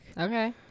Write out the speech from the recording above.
okay